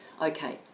Okay